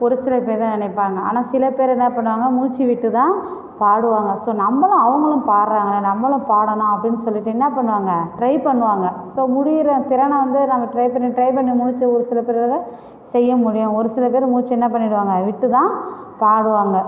ஒரு சில பேர் தான் நினைப்பாங்க ஆனால் சில பேர் என்ன பண்ணுவாங்க மூச்சு விட்டு தான் பாடுவாங்க ஸோ நம்மளும் அவங்களும் பாடுகிறாங்க நம்மளும் பாடணும் அப்படின்னு சொல்லிட்டு என்ன பண்ணுவாங்க ட்ரை பண்ணுவாங்க ஸோ முடிகிற திறனை வந்து நாங்கள் ட்ரை பண்ணி ட்ரை பண்ணி மூச்சு ஒரு சில பேரால் செய்ய முடியும் ஒரு சில பேர் மூச்சை என்ன பண்ணிவிடுவாங்க விட்டு தான் பாடுவாங்க